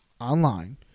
online